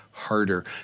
harder